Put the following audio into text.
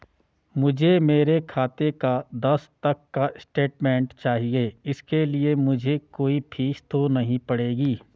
मुझे मेरे खाते का दस तक का स्टेटमेंट चाहिए इसके लिए मुझे कोई फीस तो नहीं पड़ेगी?